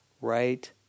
right